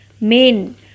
main